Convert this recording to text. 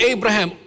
Abraham